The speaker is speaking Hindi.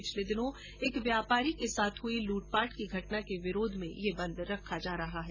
पिछले दिनों एक व्यापारी के साथ हुई लूटपाट की घटना के विरोध में व्यापारी बंद रख रहे हैं